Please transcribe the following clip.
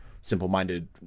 simple-minded